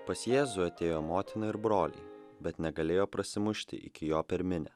pas jėzų atėjo motina ir broliai bet negalėjo prasimušti iki jo per minią